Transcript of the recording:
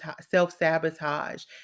self-sabotage